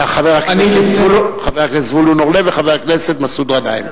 חבר הכנסת זבולון אורלב וחבר הכנסת מסעוד גנאים.